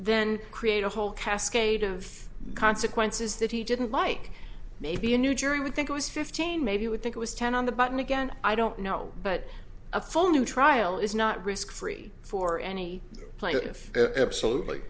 then create a whole cascade of consequences that he didn't like maybe a new jury would think it was fifteen maybe you would think it was ten on the button again i don't know but a full new trial is not risk free for any